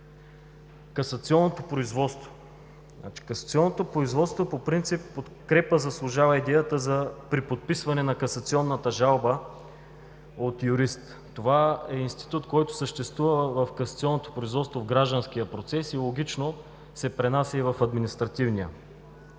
Касационното производство. Касационнното производство по принцип подкрепа заслужава идеята за приподписване на касационната жалба от юрист. Това е институт, който съществува в касационното производство в гражданския процес и логично се пренася и в административния.